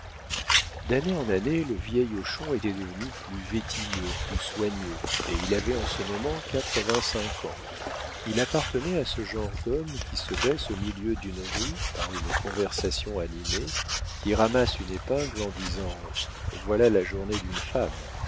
d'année en année le vieil hochon était devenu plus vétilleux plus soigneux et il avait en ce moment quatre-vingt-cinq ans il appartenait à ce genre d'hommes qui se baissent au milieu d'une rue par une conversation animée qui ramassent une épingle en disant voilà la journée d'une femme